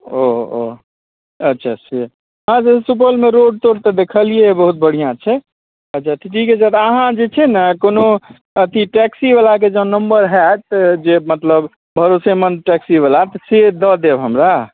ओ ओ अच्छा अच्छा हँ सुपौलमे तऽ रोड तोड देखलिए बहुत बढ़िआँ छै अच्छा तऽ ठीक छै अहाँ जे छै ने कोनो टैक्सीवलाके जँ नम्बर हैत जे मतलब भरोसेमन्द टैक्सीवला से दऽ देब हमरा